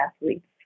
athletes